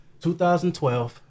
2012